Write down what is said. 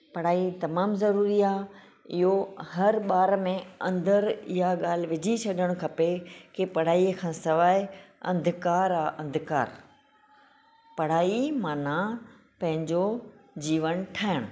पढ़ाई तमामु ज़रुरी आहे इहो हर ॿार में अन्दर इहा ॻाल्हि विझी छॾण खपे कि पढ़ाईअ खां सवाइ अंधकार आ अंधकार पढ़ाई माना पंहिंजो जीवन ठाहिणु